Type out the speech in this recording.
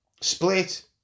Split